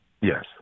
Yes